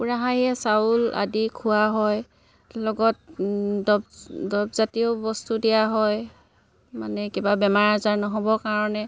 কুকুৰা হাঁহক চাউল আদি খোৱা হয় লগত দৰব দৰব জাতীয়ও বস্তু দিয়া হয় মানে কিবা বেমাৰ আজাৰ নহ'বৰ কাৰণে